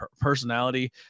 personality